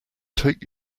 take